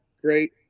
Great